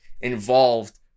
involved